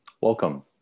Welcome